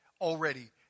already